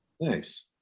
Nice